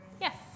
Yes